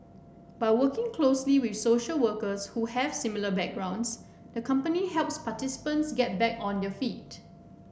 by working closely with social workers who have similar backgrounds the company helps participants get back on their feet